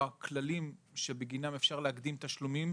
כללים שבגינם אפשר להקדים תשלומים,